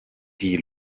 die